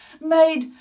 made